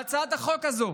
בהצעת החוק הזו